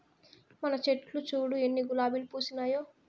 మన చెట్లు చూడు ఎన్ని గులాబీలు పూసినాయో